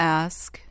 ask